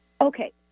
Okay